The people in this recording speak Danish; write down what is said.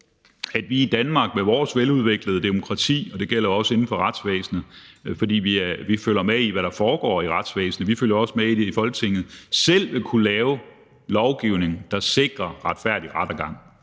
at vi i Danmark med vores veludviklede demokrati – og det gælder også inden for retsvæsenet, for vi følger med i, hvad der foregår i retsvæsenet, og vi følger også med i det i Folketinget – selv kunne lave lovgivning, der sikrer retfærdig rettergang.